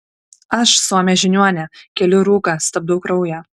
aš suomė žiniuonė keliu rūką stabdau kraują